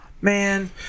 Man